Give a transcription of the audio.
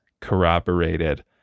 corroborated